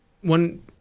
One